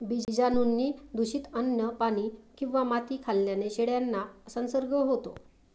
बीजाणूंनी दूषित अन्न, पाणी किंवा माती खाल्ल्याने शेळ्यांना संसर्ग होतो